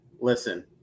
Listen